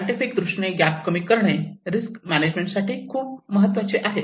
scientific दृष्टीने gap कमी करणे रिस्क मॅनेज मॅनेजमेंट साठी खूप महत्त्वाचे आहे